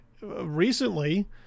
recently